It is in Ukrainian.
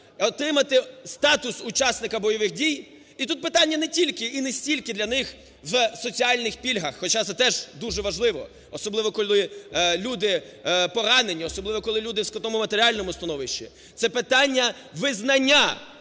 отримати статус учасника бойових дій. І тут питання не тільки і не стільки для них в соціальних пільгах, хоча це теж дуже важливо, особливо коли люди поранені, особливо коли люди в скрутному матеріальну становищі, це питання визнання